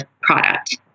product